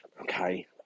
okay